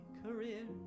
career